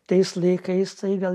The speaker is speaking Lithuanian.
tais laikais tai gal